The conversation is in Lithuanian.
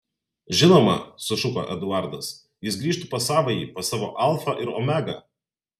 žinoma sušuko eduardas jis grįžtų pas savąjį pas savo alfą ir omegą